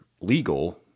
legal